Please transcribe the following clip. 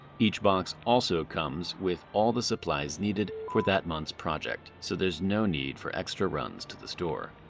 each box also comes with all the supplies needed for that month's project, so there's no need for extra runs to the store.